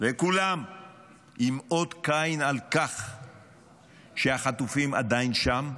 לכולם עם אות קין על כך שהחטופים עדיין שם,